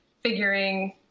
figuring